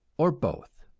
or both.